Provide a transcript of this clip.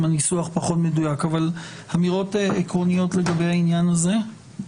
אבל יש אמירות עקרוניות לגבי העניין הזה?